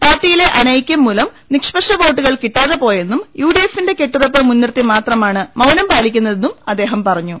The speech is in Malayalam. പാർട്ടിയിലെ അനൈക്യം മൂലം നിഷ്പക്ഷവോട്ടുകൾ കിട്ടാതെ പോയെന്നും യുഡിഎഫിന്റെ കെട്ടു റപ്പ് മുൻനിർത്തി മാത്രമാണ് മൌനം പാലിക്കുന്നതെന്നും അദ്ദേഹം പറഞ്ഞു